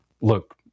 look